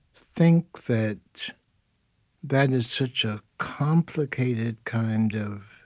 think that that is such a complicated kind of